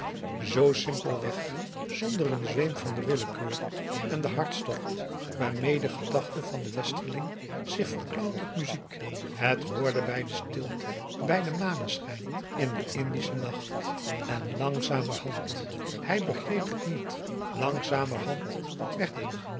zoo simpel weg zonder een zweem van de willekeur en den hartstocht waarmee de gedachte van den westerling zich verklankt tot muziek het hoorde bij de stilte bij den maneschijn in den indischen nacht en langzamerhand hij begreep het niet langzamerhand werd het